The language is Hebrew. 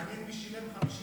מעניין מי שילם 53